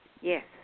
Yes